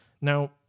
Now